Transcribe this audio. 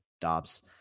Dobbs